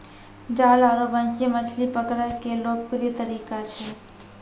जाल आरो बंसी मछली पकड़ै के लोकप्रिय तरीका छै